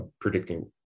predicting